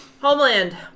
Homeland